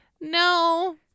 No